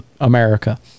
America